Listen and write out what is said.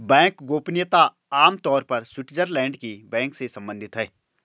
bank गोपनीयता आम तौर पर स्विटज़रलैंड के बैंक से सम्बंधित है